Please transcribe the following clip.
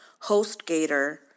HostGator